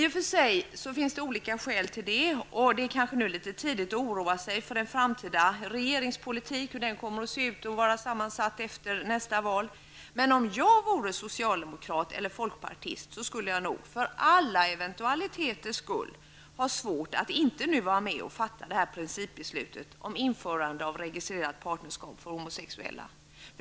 Det finns i och för sig olika skäl till det och det är kanske nu litet tidigt att oro sig för hur en framtida regering kommer att vara sammansatt och hur regeringspolitiken kommer att se ut efter nästa val. Men om jag vore socialdemokrat eller folkpartist skulle jag nog -- för alla eventualiteters skull -- ha svårt att inte nu vara med och fatta principbeslutet om införande av registrerat partnerskap för homosexuella.